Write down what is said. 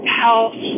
health